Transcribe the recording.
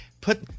Put